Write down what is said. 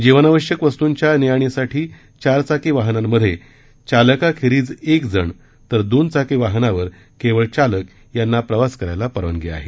जीवनावश्यक वस्तूंच्या ने आणी साठी चारचाकी वाहनांमध्ये चालकाखेरीज एक जण तर दोन चाकी वाहनावर केवळ चालक यांना प्रवास करायला परवानगी आहे